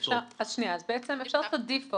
--- אפשר את הדיפולט.